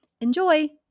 Enjoy